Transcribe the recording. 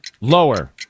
Lower